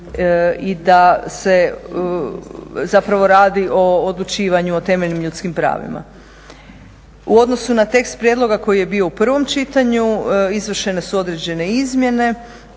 i da se zapravo radi o odlučivanju o temeljnim ljudskim pravima. U odnosu na tekst prijedloga koji je bio u prvom čitanju izvršene su određene izmjene.